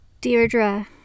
Deirdre